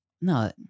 No